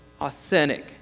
Authentic